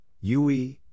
UE